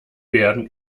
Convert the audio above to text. werden